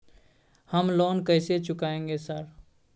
हम लोन कैसे चुकाएंगे सर?